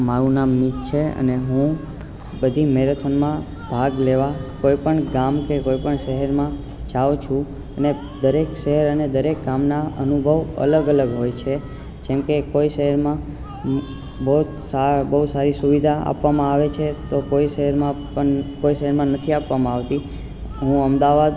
મારું નામ મીત છે અને હું બધી મેરેથોનમાં ભાગ લેવા કોઈપણ ગામ કે કોઈ પણ શહેરમાં જાઉં છું અને દરેક શહેર અને દરેક ગામના અનુભવ અલગ અલગ હોય છે જેમકે કોઈ શહેરમાં બહુ સારી સુવિધા આપવામાં આવે છે તો કોઈ શહેરમાં પણ કોઈ શહેરમાં નથી આપવામાં આવતી હું અમદાવાદ